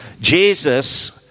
Jesus